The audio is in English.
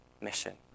mission